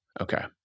okay